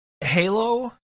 Halo